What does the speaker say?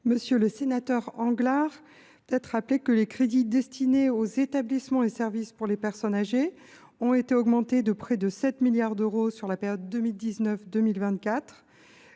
Monsieur le sénateur Anglars, les crédits destinés aux établissements et services pour les personnes âgées ont augmenté de près de 7 milliards d’euros sur la période 2019 2024.